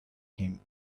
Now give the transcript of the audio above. him